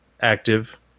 active